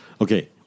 Okay